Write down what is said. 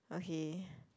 okay